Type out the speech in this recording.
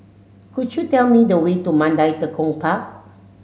could you tell me the way to Mandai Tekong Park